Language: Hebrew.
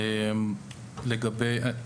אוקיי.